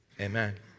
Amen